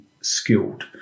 skilled